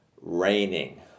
raining